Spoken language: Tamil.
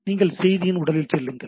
நீங்கள் செய்தியின் உடலில் செல்லுங்கள்